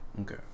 Okay